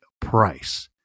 price